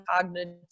cognitive